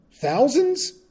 thousands